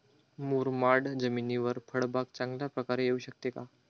मुरमाड जमिनीवर फळबाग चांगल्या प्रकारे येऊ शकते का?